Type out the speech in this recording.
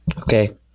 Okay